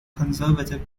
conservative